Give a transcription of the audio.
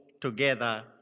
together